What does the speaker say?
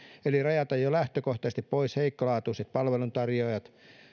eli rajata jo lähtökohtaisesti pois heikkolaatuiset palveluntarjoajat